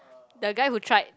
the guy who tried